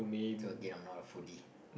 so ya I'm not a foodie